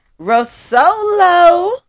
Rosolo